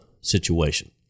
situation